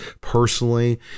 Personally